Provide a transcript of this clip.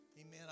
Amen